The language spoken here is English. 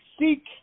Seek